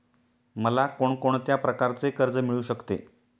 मला कोण कोणत्या प्रकारचे कर्ज मिळू शकते?